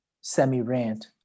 semi-rant